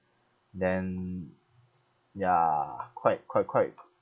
then ya quite quite quite